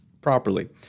properly